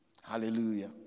Hallelujah